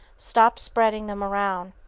stop spreading them around.